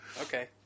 Okay